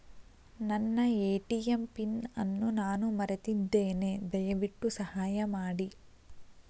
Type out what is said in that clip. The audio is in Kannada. ನನ್ನ ಎ.ಟಿ.ಎಂ ಪಿನ್ ಅನ್ನು ನಾನು ಮರೆತಿದ್ದೇನೆ, ದಯವಿಟ್ಟು ಸಹಾಯ ಮಾಡಿ